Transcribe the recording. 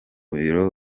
biro